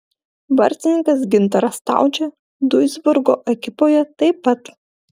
vartininkas gintaras staučė duisburgo ekipoje taip pat